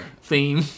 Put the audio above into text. theme